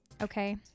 Okay